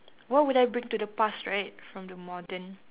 what would I bring to the past right from the modern